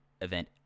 event